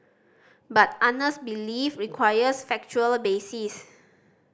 but honest belief requires factual basis